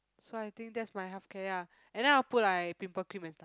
so I think that's my healthcare ah and then I'll put like pimple cream and stuff